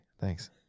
Thanks